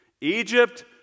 Egypt